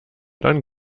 dann